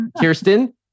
Kirsten